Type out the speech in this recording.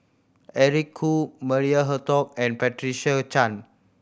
Eric Khoo Maria Hertogh and Patricia Chan